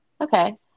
Okay